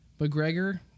McGregor